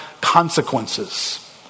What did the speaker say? consequences